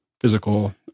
physical